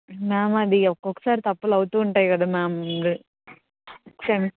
ma'am అది ఒక్కొక్కసారి తప్పులు అవుతు ఉంటాయి కదా మ్యామ్ స